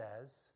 says